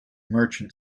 merchant